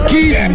Keep